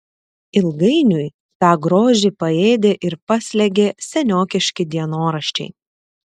ilgainiui tą grožį paėdė ir paslėgė seniokiški dienoraščiai